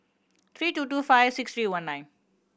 three two two five six three one nine